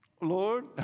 Lord